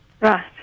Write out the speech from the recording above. Right